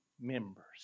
members